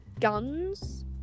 guns